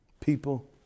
People